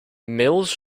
mills